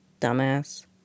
Dumbass